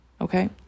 okay